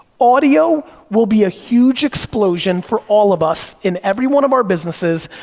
audio will be a huge explosion for all of us, in every one of our businesses,